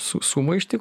su sumaištį